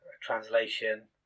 translation